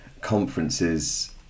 conferences